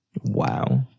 wow